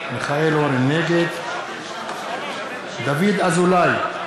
נגד דוד אזולאי,